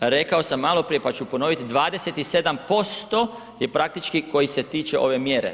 Rekao sam maloprije pa ću ponoviti 27% je praktički koji se tiče ove mjere.